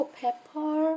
pepper